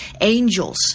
angels